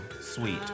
sweet